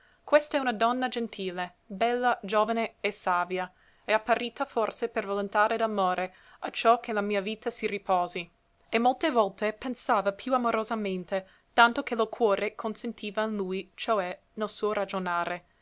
questa è una donna gentile bella giovane e savia e apparita forse per volontade d'amore acciò che la mia vita si riposi e molte volte pensava più amorosamente tanto che lo cuore consentiva in lui cioè nel suo ragionare